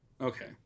okay